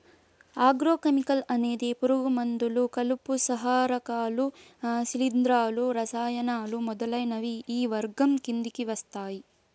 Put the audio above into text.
agro chemical అనేది పురుగు మందులు, కలుపు సంహారకాలు, శిలీంధ్రాలు, రసాయనాలు మొదలైనవి ఈ వర్గం కిందకి వస్తాయి